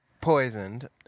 poisoned